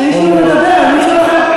וזה לא נעים לדבר כשמישהו מדבר עם מישהו אחר.